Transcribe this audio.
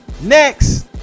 next